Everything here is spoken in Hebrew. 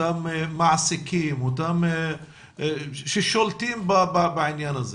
אותם מעסיקים ששולטים בעניין הזה?